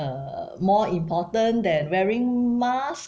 err more important than wearing masks